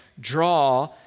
draw